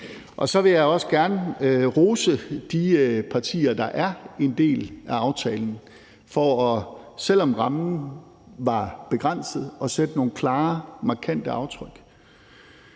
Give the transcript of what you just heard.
Så vil jeg også gerne rose de partier, der er en del af aftalen, for – selv om rammen var begrænset – at sætte nogle klare, markante aftryk.